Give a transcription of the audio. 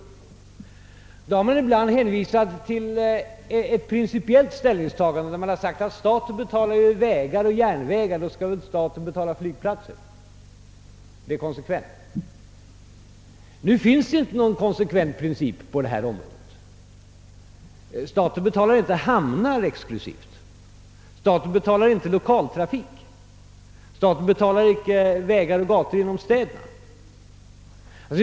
Man har då ibland hänvisat till ett principiellt ställningstagande och sagt att staten betalar ju vägar och järnvägar och då skall väl staten betala flygplatser. Detta är konsekvent. Men nu finns det inte någon konsekvent princip på det här området. Staten betalar inte hamnar exklusivt, staten betalar inte lokaltrafik, staten betalar inte vägar och gator genom städerna.